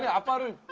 yeah about it.